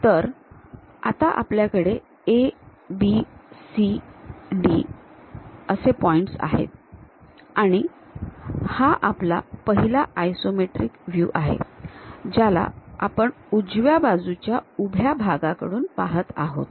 तर आता आपल्याकडे ABCD असे पॉईंट्स आहेत आणि हा आपला पहिला आयसोमेट्रिक व्ह्यू आहे ज्याला आपण उजव्या बाजूच्या उभ्या भागाकडून पाहत आहोत